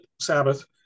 sabbath